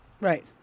Right